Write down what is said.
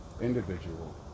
individual